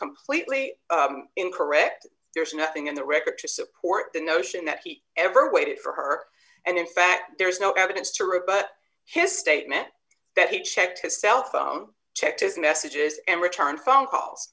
completely incorrect there's nothing in the record to support the notion that he ever waited for her and in fact there's no evidence to rebut his statement that he checked his cell phone checked his messages and return phone calls